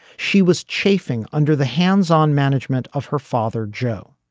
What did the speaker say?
she was chafing under the hands on management of her father joe.